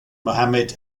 muhammad